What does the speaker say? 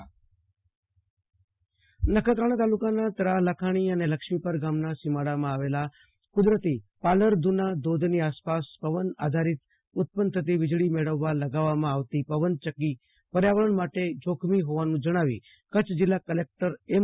આશ્તોષ અંતાણી કચ્છ પવનચકકી નખત્રાણા તાલુકાના તરા લાખાણી અને લક્ષ્મીપર ગામના સીમાડામાં આવેલા કદરતી પાલરધ્ ના ધોધની આસપાસ પવન આધારીત ઉત્પન્ન થતી વિજળી મેળવવા લગાવવામાં આવતી પવનચકકી પર્યાવરણ માટે જોખમી હોવાનું જણાવી કચ્છ જિલ્લા કલેકટર એમ